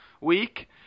week